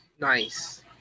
Nice